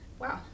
Wow